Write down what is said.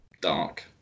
dark